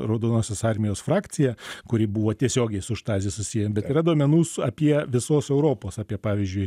raudonosios armijos frakciją kuri buvo tiesiogiai su štaze susiję bet yra duomenų apie visos europos apie pavyzdžiui